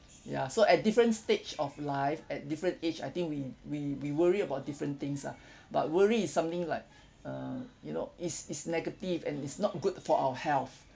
ya so at different stage of life at different age I think we we we worry about different things ah but worry is something like err you know it's it's negative and it's not good for our health